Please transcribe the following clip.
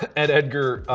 ed edgar,